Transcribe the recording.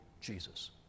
Jesus